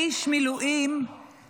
הבוקר כשהגיע איש מילואים לאתר,